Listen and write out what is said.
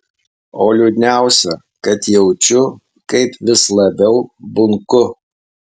o liūdniausia kad jaučiu kaip vis labiau bunku